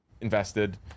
invested